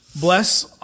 Bless